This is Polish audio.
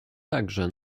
także